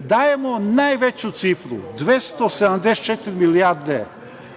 dajemo najveću cifru, 274 milijarde,